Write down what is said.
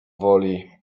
woli